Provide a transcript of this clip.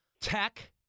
tech